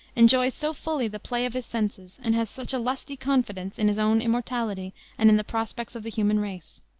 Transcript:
enjoys so fully the play of his senses, and has such a lusty confidence in his own immortality and in the prospects of the human race.